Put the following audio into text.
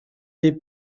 dei